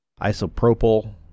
isopropyl